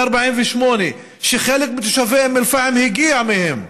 48' שחלק מתושבי אום אל-פחם הגיעו מהם.